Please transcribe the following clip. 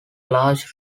large